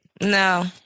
no